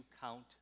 count